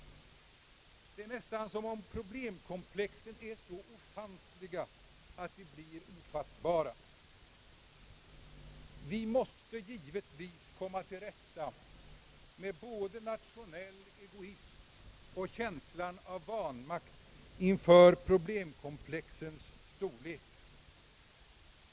Det verkar nästan som om problemkomplexen är så ofantliga, att de blir ofattbara. Vi måste givetvis komma till rätta med både nationell! egoism och känslan av vanmakt inför problemkomplexens storlek.